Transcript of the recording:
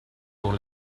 pour